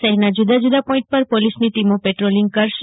શહેરના જુદા જુદા પોઈન્ટ પર પોલીસની ટીમો પેટ્રોલિંગ કરશે